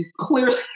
Clearly